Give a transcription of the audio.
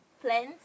plans